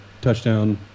Touchdown